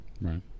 right